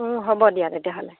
হ'ব দিয়া তেতিয়া হ'লে